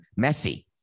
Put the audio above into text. Messi